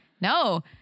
No